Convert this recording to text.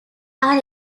are